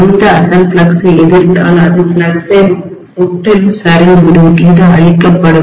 இது அசல் ஃப்ளக்ஸை எதிர்த்தால் அசல் ஃப்ளக்ஸ் முற்றிலும் சரிந்து விடும் அது அழிக்கப்படும்